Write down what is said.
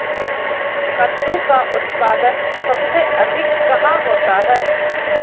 कद्दू का उत्पादन सबसे अधिक कहाँ होता है?